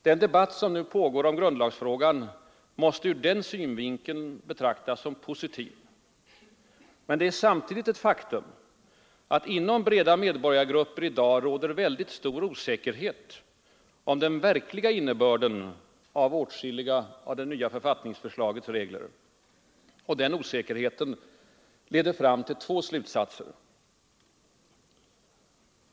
Den debatt som nu pågår om grundlagsfrågan måste ur den synvinkeln betraktas som något positivt. Men det är ett faktum att inom breda medborgargrupper i dag råder stor osäkerhet om den verkliga innebörden av åtskilliga av det nya författningsförslagets regler. Och den osäkerheten leder fram till två slutsatser.